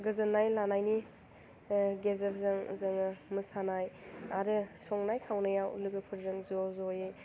गोजोन्नाय लानायनि गेजेरजों जोङो मोसानाय आरो संनाय खावनायाव लोगोफोरजों ज' ज'यै